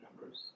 numbers